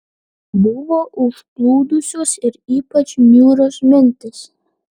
buvo užplūdusios ir ypač niūrios mintys